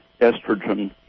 estrogen